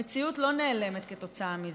המציאות לא נעלמת כתוצאה מזה.